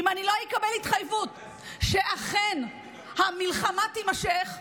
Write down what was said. שאכן המלחמה תימשך,